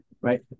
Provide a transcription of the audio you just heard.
right